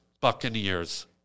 Buccaneers